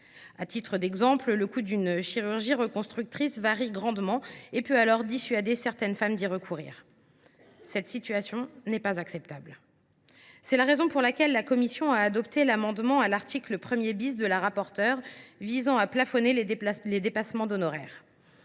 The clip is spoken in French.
À titre d’exemple, le coût d’une chirurgie reconstructrice varie grandement et peut dissuader certaines femmes d’y recourir. Cette situation n’est pas acceptable. C’est la raison pour laquelle la commission a adopté l’amendement de la rapporteure, à l’article 1, visant à plafonner les dépassements d’honoraires.